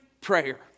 prayer